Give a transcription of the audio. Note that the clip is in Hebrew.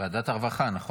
ועדת הרווחה, נכון?